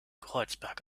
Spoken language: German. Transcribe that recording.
kreuzberg